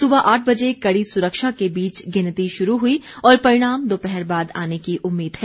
सुबह आठ बजे कड़ी सुरक्षा के बीच गिनती शुरू हुई और परिणाम दोपहर बाद आने की उम्मीद है